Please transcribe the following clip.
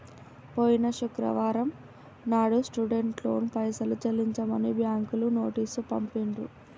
పోయిన శుక్రవారం నాడు స్టూడెంట్ లోన్ పైసలు చెల్లించమని బ్యాంకులు నోటీసు పంపిండ్రు